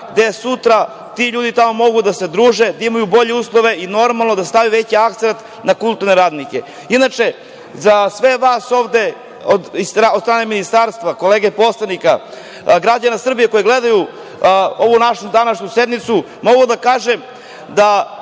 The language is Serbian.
da sutra ti ljudi mogu da se druže, da imaju bolje uslove i, normalno, da stave veći akcenat na kulturne radnike. Inače, za sve vas ovde iz ministarstva, kolega poslanika, građana Srbije koji gledaju ovu našu sednicu, mogu da kažem da